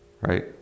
right